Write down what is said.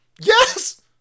Yes